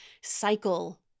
cycle